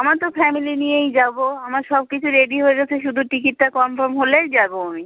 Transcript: আমার তো ফ্যামেলি নিয়েই যাবো আমার সব কিছু রেডি হয়ে গেছে শুধু টিকিটটা কনফার্ম হলেই যাবো আমি